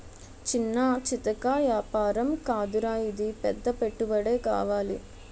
చిన్నా చితకా ఏపారం కాదురా ఇది పెద్ద పెట్టుబడే కావాలి